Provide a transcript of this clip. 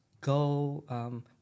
go